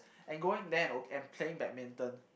and going there and on~ and playing badminton